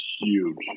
huge